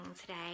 today